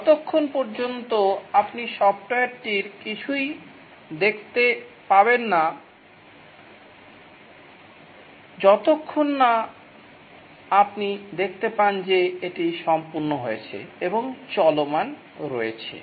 ততক্ষণ পর্যন্ত আপনি সফ্টওয়্যারটির কিছুই দেখতে পাবেন না যতক্ষণ না আপনি দেখতে পান যে এটি সম্পূর্ণ হয়েছে এবং চলমান রয়েছে